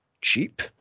cheap